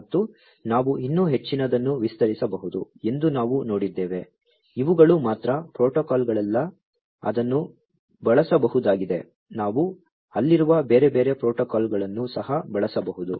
ಮತ್ತು ನಾವು ಇನ್ನೂ ಹೆಚ್ಚಿನದನ್ನು ವಿಸ್ತರಿಸಬಹುದು ಎಂದು ನಾವು ನೋಡಿದ್ದೇವೆ ಇವುಗಳು ಮಾತ್ರ ಪ್ರೋಟೋಕಾಲ್ಗಳಲ್ಲ ಅದನ್ನು ಬಳಸಬಹುದಾಗಿದೆ ನಾವು ಅಲ್ಲಿರುವ ಬೇರೆ ಬೇರೆ ಪ್ರೋಟೋಕಾಲ್ಗಳನ್ನು ಸಹ ಬಳಸಬಹುದು